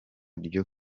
ryo